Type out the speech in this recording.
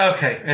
Okay